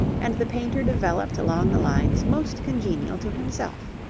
and the painter developed along the lines most congenial to himself.